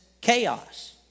chaos